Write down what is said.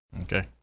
Okay